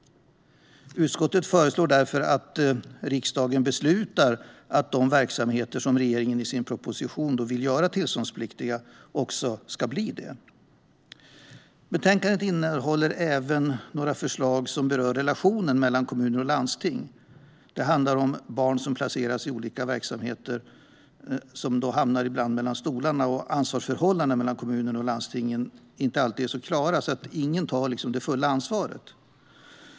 Utskottet föreslår därför att riksdagen beslutar att de verksamheter som regeringen i sin proposition vill göra tillståndspliktiga också ska bli det. Betänkandet innehåller även några förslag som berör relationen mellan kommuner och landsting. Det handlar om att barn som placeras i olika verksamheter ibland hamnar mellan stolarna. Ansvarsförhållandena mellan kommun och landsting är inte alltid klara, så ingen tar det fulla ansvaret.